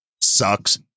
sucks